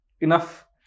enough